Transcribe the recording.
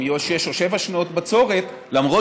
אם יהיו שש או שבע שנות בצורת.